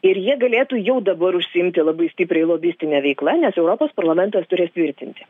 ir jie galėtų jau dabar užsiimti labai stipriai lobistine veikla nes europos parlamentas turės tvirtinti